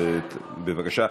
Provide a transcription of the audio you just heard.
בבקשה.